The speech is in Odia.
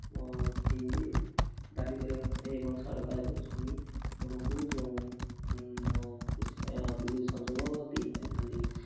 କିଛି ଦାବି କରିବାକୁ ପଡ଼ିଥାଏ ଏବଂ ସରକାର ତାକୁ ଶୁଣି ଆମକୁ ଯେଉଁ କୃଷି ପାଇଁ ବିଦ୍ୟୁତ୍ ସଂଯୋଗ ଦେଇପାରିଥାନ୍ତି